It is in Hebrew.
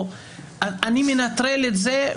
אני מנטרל את זה.